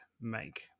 make